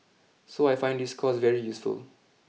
so I find this course very useful